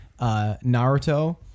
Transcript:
Naruto